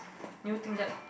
new thing that